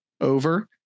over